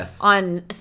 on